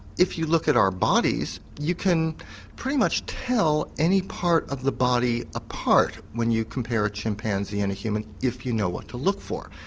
if you look at our bodies you can pretty much tell any part of the body apart when you compare a chimpanzee and a human if you know what to look for.